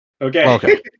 Okay